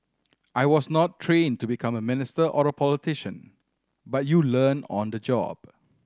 I was not trained to become a minister or a politician but you learn on the job